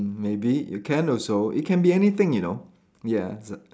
maybe you can also it can be anything you know ya it's a